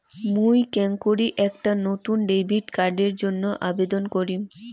মুই কেঙকরি একটা নতুন ডেবিট কার্ডের জন্য আবেদন করিম?